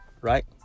right